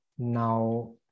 Now